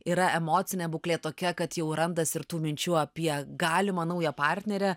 yra emocinė būklė tokia kad jau randas ir tų minčių apie galimą naują partnerę